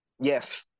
Yes